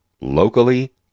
locally